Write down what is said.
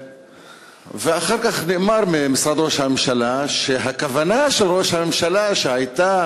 אחר כך נאמר ממשרד ראש הממשלה שהכוונה של ראש הממשלה שהייתה